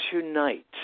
tonight